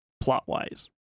plot-wise